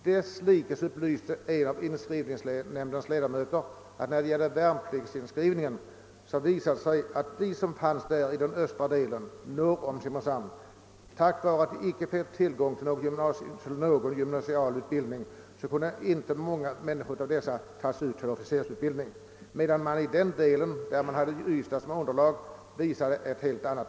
Desslikes upplyste en av inskrivningsnämndens ledamöter att det vid värnpliktsinskrivningen visat sig att det inte fanns så många i den östra delen av Österlen norr om Simrishamn, som kunde tas ut till officersutbildning, vilket berodde på att de inte haft tillgång till någon gymnasial utbildning. I den del däremot som täcktes av gymnasiet i Ystad var resultatet ett helt annat.